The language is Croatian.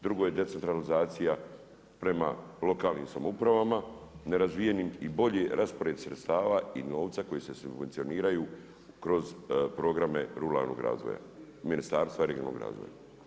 Drugo je decentralizacija prema lokalnim samoupravama, nerazvijenim i bolji raspored sredstava i novca koji se subvencioniraju kroz programe ruralnog razvoja, Ministarstva regionalnog razvoja.